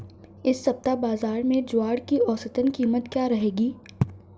इस सप्ताह बाज़ार में ज्वार की औसतन कीमत क्या रहेगी?